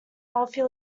healthy